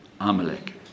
Amalek